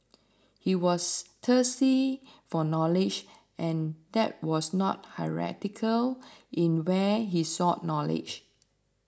he was thirsty for knowledge and that was not hierarchical in where he sought knowledge